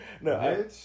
No